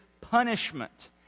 punishment